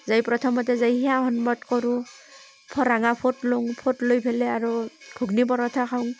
যাই প্ৰথমতে যাই হিয়া সন্মত কৰোঁ ৰঙা ফোট লওঁ ফোট লৈ পেলাই আৰু ঘুগুনি পৰঠা খাওঁ